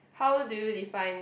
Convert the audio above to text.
how do you define